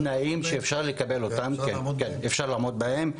תנאים שאפשר לקבל אותם, כן אפשר לעמוד בהם.